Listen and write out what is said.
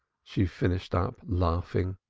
she finished up laughingly.